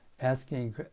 asking